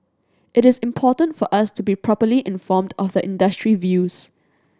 it is important for us to be properly informed of the industry views